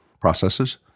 processes